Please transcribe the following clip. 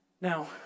Now